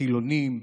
חילונים,